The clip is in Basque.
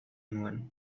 nuen